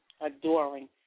adoring